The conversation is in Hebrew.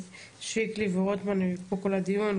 שיקלי ורוטמן היו פה כל הדיון,